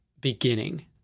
beginning